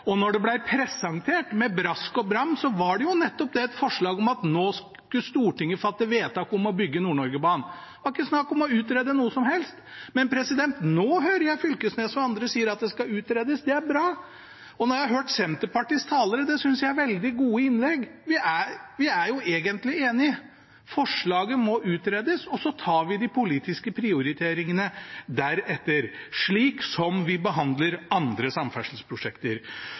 Og da det ble presentert med brask og bram, var det jo nettopp som et forslag om at nå skulle Stortinget fatte vedtak om å bygge Nord-Norge-banen – det var ikke snakk om å utrede noe som helst. Men nå hører jeg Fylkesnes og andre si at det skal utredes, og det er bra, og når jeg har hørt Senterpartiets talere, synes jeg det har vært veldig gode innlegg. Vi er jo egentlig enige: Forslaget må utredes, og så tar vi de politiske prioriteringene deretter – slik som vi behandler andre samferdselsprosjekter.